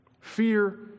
Fear